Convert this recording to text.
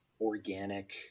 organic